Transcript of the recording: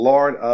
Lord